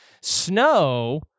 Snow